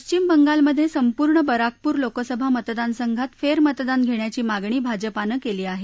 पश्चिम बंगालमधे संपूर्ण बराकपूर लोकसभा मतदारसंघात फेरमतदान घेण्याची मागणी भाजपाने केली आहे